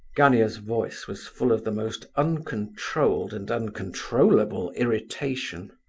gania's voice was full of the most uncontrolled and uncontrollable irritation.